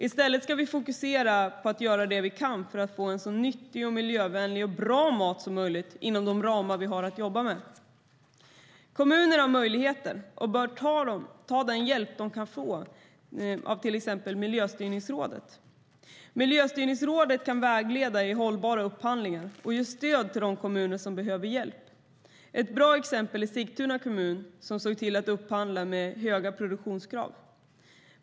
I stället ska vi fokusera på att göra det vi kan för att få en så nyttig, miljövänlig och bra mat som möjligt inom de ramar vi har att jobba med. Kommuner har möjligheter att få hjälp, och de bör ta den hjälp de kan få från till exempel Miljöstyrningsrådet. Miljöstyrningsrådet kan vägleda i hållbara upphandlingar och ge stöd till de kommuner som behöver hjälp. Ett bra exempel är Sigtuna kommun som såg till att upphandla med höga produktionskrav.